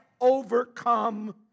overcome